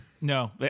No